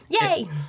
Yay